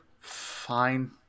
fine